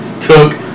took